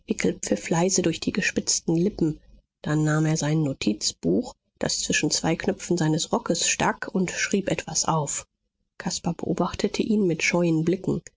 pfiff leise durch die gespitzten lippen dann nahm er sein notizbuch das zwischen zwei knöpfen seines rockes stak und schrieb etwas auf caspar beobachtete ihn mit scheuen blicken